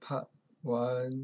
part one